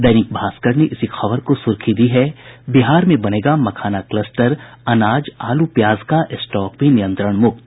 दैनिक भास्कर ने इसी खबर को सुर्खी दी है बिहार में बनेगा मखाना कलस्टर अनाज आलू प्याज का स्टॉक भी नियंत्रण मुक्त